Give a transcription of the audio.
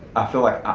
i feel like i,